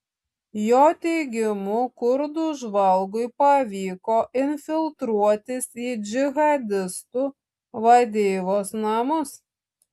jo teigimu kurdų žvalgui pavyko infiltruotis į džihadistų vadeivos namus